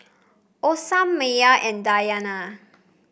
Osman Maya and Dayana